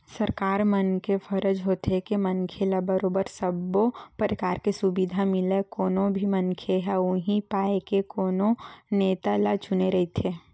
सरकार मन के फरज होथे के मनखे ल बरोबर सब्बो परकार के सुबिधा मिलय कोनो भी मनखे ह उहीं पाय के कोनो नेता ल चुने रहिथे